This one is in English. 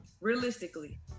Realistically